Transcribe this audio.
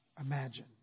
imagine